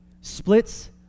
splits